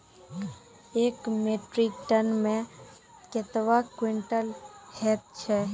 एक metric ton मे कतवा क्वींटल हैत छै?